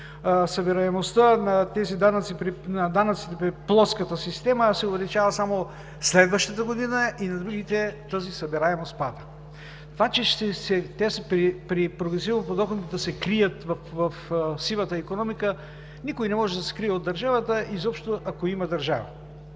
събираемостта на данъците при плоската система се увеличава само следващата година и на другите тази събираемост пада. Това че те при прогресивно подоходната се крият в сивата икономика, никой не може да скрие от държавата, изобщо ако има държава?!